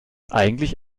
eigentlich